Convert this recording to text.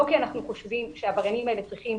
לא כי אנחנו חושבים שהעבריינים האלה צריכים